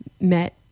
Met